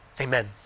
Amen